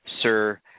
Sir